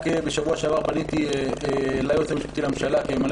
רק בשבוע שעבר פניתי ליועץ המשפטי לממשלה כממלא